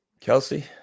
kelsey